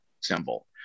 symbol